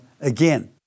again